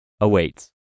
awaits